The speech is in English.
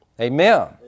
Amen